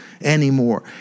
anymore